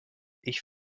ich